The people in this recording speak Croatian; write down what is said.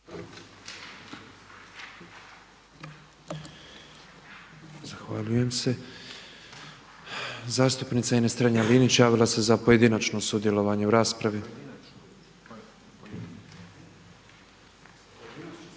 Zahvaljujem se. Zastupnica Ines Strenja-Linić javila se za pojedinačno sudjelovanje u raspravi.